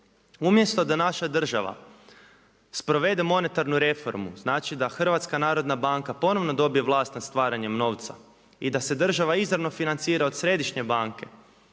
Umjesto da naša država sprovede monetarnu reformu, znači da HNB ponovno dobije vlast nad stvaranjem novca i da se država izravno financira od Središnje banke,